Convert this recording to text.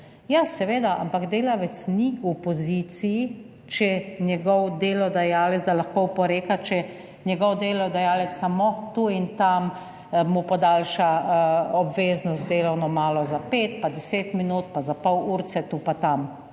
Ja seveda, ampak delavec ni v poziciji, če njegov delodajalec da lahko oporeka, če njegov delodajalec samo tu in tam mu podaljša obveznost, delovno, malo za 5 pa 10 minut, pa za pol urice tu pa tam,